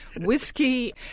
whiskey